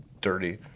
dirty